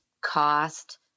cost